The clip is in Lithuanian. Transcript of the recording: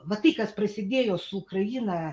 va tai kas prasidėjo su ukraina